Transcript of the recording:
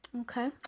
Okay